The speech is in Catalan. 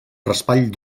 raspall